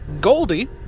Goldie